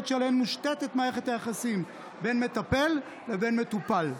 שעליהן מושתתת מערכת היחסים בין מטפל לבין מטופל.